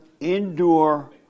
endure